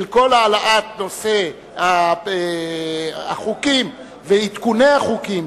של העלאת כל החוקים ועדכוני החוקים,